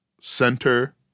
center